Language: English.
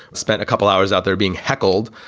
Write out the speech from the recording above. spent a couple hours out there being heckled.